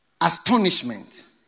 astonishment